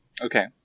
Okay